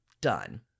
done